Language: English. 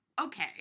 okay